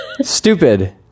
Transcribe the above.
Stupid